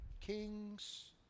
kings